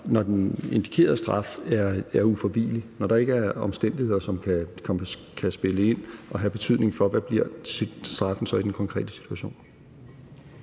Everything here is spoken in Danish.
når den indikerede straf er ufravigelig, når der ikke er omstændigheder, som kan spille ind og have betydning for, hvad straffen så bliver i den konkrete situation.